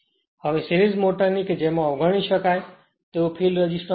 હવે સિરીઝ ની મોટર કે જેમાં અવગણી શકાય તેવો ફિલ્ડ રેસિસ્ટન્સ છે